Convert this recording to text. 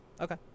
Okay